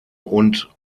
und